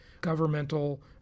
governmental